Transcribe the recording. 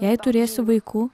jei turėsiu vaikų